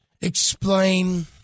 explain